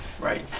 right